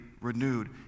renewed